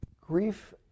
Grief